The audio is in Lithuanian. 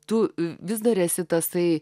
tu vis dar esi tasai